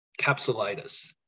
capsulitis